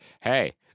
hey